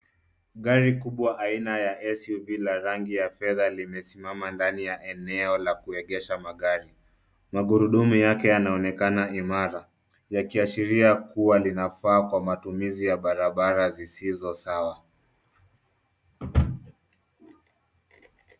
Gari kubwa aina ya SUV la rangi ya fedha limesimama ndani ya eneo la kuegesha magari. Magurudumu yake yanaonekana imara. Yakiashiria kuwa linafaa kwa matumizi ya barabara zisizo sawa.